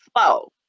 slow